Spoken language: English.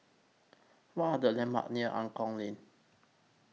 What Are The landmarks near Angklong Lane